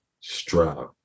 Stroud